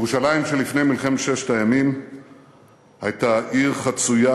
ירושלים שלפני מלחמת ששת הימים הייתה עיר חצויה,